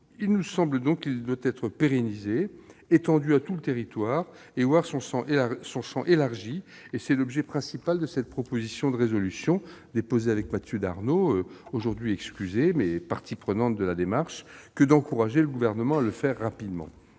nous semble donc devoir être pérennisé, étendu à tout le territoire, avec un champ d'application élargi. C'est l'objet principal de cette proposition de résolution, déposée par Mathieu Darnaud, aujourd'hui excusé, mais partie prenante de la démarche, et moi-même, que d'encourager le Gouvernement à le faire rapidement.